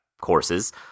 courses